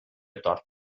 tort